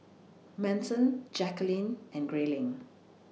Manson Jacquelin and Grayling